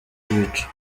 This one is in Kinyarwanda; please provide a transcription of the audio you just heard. ibicu